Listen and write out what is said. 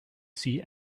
see